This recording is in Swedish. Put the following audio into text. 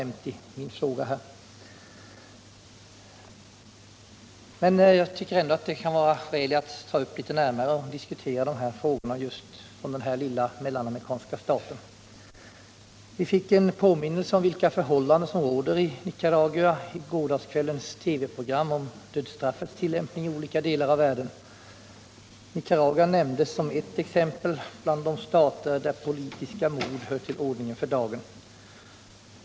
Man jag tycker ändå det kan vara skäl att diskutera frågan om den här lilla mellanamerikanska staten närmare. Vi fick en påminnelse om vilka förhållanden som råder i Nicaragua i gårdagskvällens TV-program om dödsstraffets tillämpning i olika delar av världen. Nicaragua nämndes som ett exempel bland de stater där politiska mord hör till ordningen för dagen.